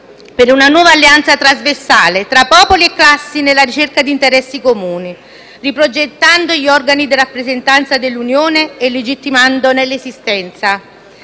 per una nuova alleanza trasversale tra popoli e classi, nella ricerca di interessi comuni, riprogettando gli organi di rappresentanza dell'Unione e legittimandone l'esistenza.